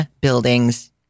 buildings